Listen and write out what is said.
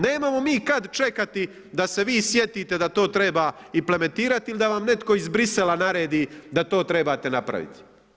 Nemamo mi kad čekati da se vi sjetite da to treba implementirati ili da vam neko iz Bruxellesa naredi da to trebate napraviti.